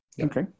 Okay